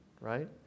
right